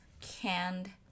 canned